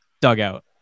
Dugout